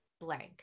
blank